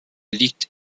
liegt